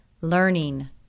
learning